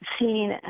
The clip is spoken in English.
seen